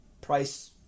Price